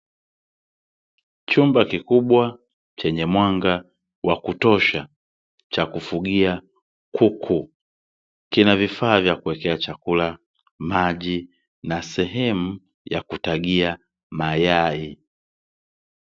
Chumba kikubwa chenye mwanga wa kutosha Cha kufugia kuku , kina vifaa vya kuwekea chakula, maji na sehemu ya kutagia mayai .